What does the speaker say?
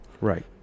Right